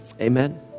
amen